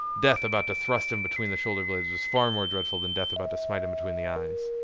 death about to thrust him between the shoulder blades was far more dreadful than death about to smite him between the eyes.